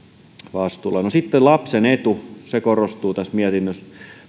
vastuulla no sitten lapsen etu se korostuu tässä mietinnössä